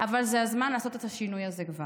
אבל זה הזמן לעשות את השינוי הזה כבר.